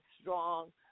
strong